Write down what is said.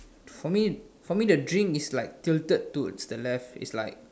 for me for me the drink is like tilted towards the left is like